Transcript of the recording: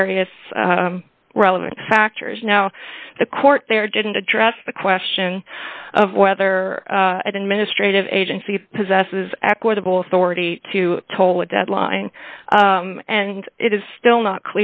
various relevant factors now the court there didn't address the question of whether administrative agency possesses equitable authority to toll a deadline and it is still not